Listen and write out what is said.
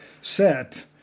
set